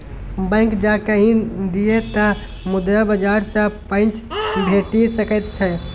bank जँ कहि दिअ तँ मुद्रा बाजार सँ पैंच भेटि सकैत छै